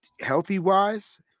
healthy-wise